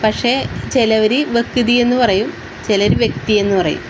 പക്ഷേ ചിലവര് വെക്ക്തി എന്ന് പറയും ചിലർ വ്യക്തിയെന്ന് പറയും